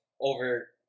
over